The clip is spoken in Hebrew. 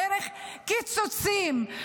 דרך קיצוצים.